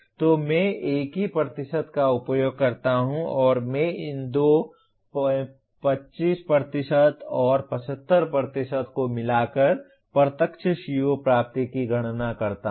तो मैं एक ही प्रतिशत का उपयोग करता हूं और मैं इन दो 25 और 75 को मिलाकर प्रत्यक्ष CO प्राप्ति की गणना करता हूं